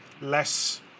less